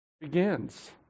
begins